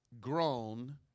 grown